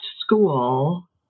school